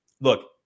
look